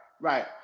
right